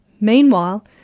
Meanwhile